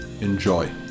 enjoy